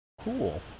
cool